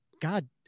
God